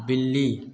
बिल्ली